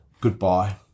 goodbye